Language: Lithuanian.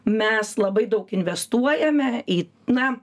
mes labai daug investuojame į na